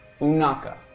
Unaka